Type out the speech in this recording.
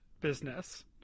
business